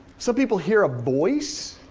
so people hear a voice.